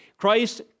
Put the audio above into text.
Christ